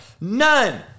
None